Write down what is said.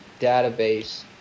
database